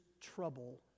trouble